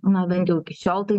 na bent jau iki šiol tai